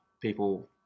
people